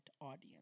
audience